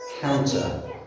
counter